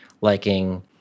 liking